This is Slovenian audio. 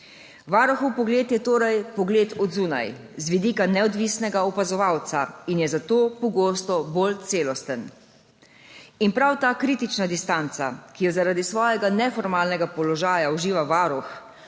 Varuhov pogled je torej pogled od zunaj, z vidika neodvisnega opazovalca, in je zato pogosto bolj celosten. In prav ta kritična distanca, ki jo zaradi svojega neformalnega položaja uživa Varuh,